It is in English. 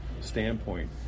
standpoint